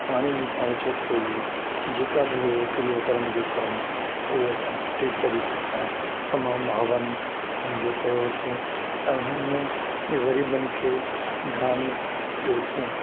पाणेई वीचारे चुप कई जेका बि हुओ क्रियाक्रम जो करम हूअ असां सुठे तरीक़े सां तमामु हवन उनजो कयोसीं ऐं उननि में गरीबनि खे दान कियो